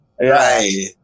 right